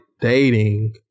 dating